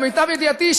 למיטב ידיעתי,